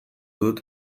dut